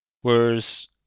whereas